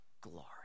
glory